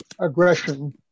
aggression